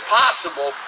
possible